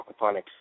aquaponics